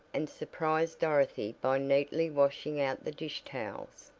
and surprised dorothy by neatly washing out the dish towels.